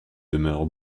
demeure